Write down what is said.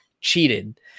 cheated